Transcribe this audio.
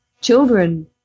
children